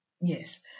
Yes